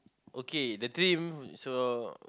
okay the dream so